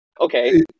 Okay